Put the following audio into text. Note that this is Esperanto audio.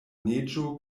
neĝo